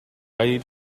need